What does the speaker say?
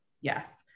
Yes